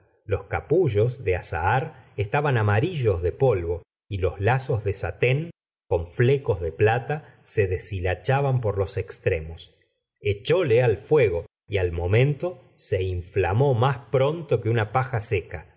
los capullos de azahar estaban amarillos de polvo y los lazos de satín con flecos de plata se deshilachaban por los extremos echóle al fuego y al momento se inflamó más pronto que una paja seca